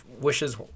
wishes